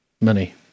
money